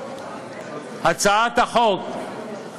הצעת החוק,